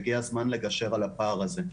והגיע הזמן לגשר על הפער הזה.